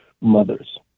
mothers